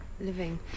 living